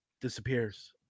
disappears